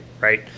Right